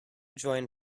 join